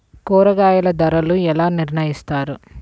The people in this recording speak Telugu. కూరగాయల ధరలు ఎలా నిర్ణయిస్తారు?